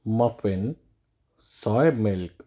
muffin soya milk